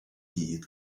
gyd